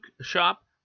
shop